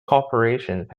corporations